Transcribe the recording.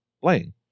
playing